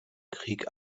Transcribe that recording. krieg